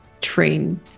train